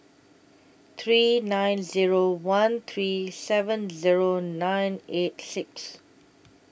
three nine Zero one three seven Zero nine eight six